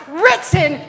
written